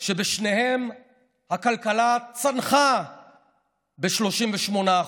שבשניהם הכלכלה צנחה ב-38%.